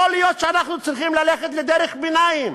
יכול להיות שאנחנו צריכים ללכת לדרך ביניים: